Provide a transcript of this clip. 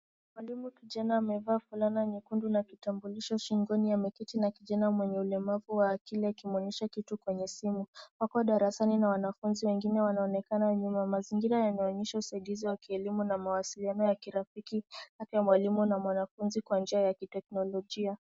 Mwalimu kijana amevaa fulana nyekundu na kitambulisho shingoni ameketi na kijana mwenye ulemavu wa akili akimwonyesha kitu kwenye simu. Wako darasani na wanafunzi wengine wanaonekana nyuma . Mazingira yanaonyesha usaidizi wa kielimu na mawasiliano ya kirafiki kati ya mwalimu na mwanafunzi kwa njia ya kiteknologia.